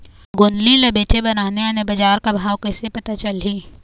गोंदली ला बेचे बर आने आने बजार का भाव कइसे पता चलही?